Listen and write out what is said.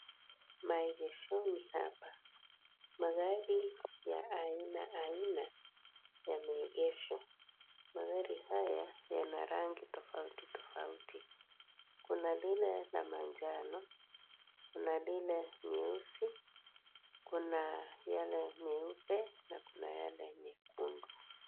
Maegeshoni hapa. Magari ya aina aina yameegeshwa. Magari haya yana rangi tofauti tofauti. Kuna lile ya manjano, kuna lile nyeusi, kuna yale meupe na kuna yake mekundu.